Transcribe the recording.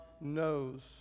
knows